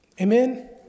Amen